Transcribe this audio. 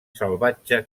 salvatge